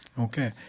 Okay